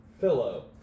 pillow